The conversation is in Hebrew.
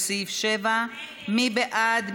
לסעיף 7. מי בעד?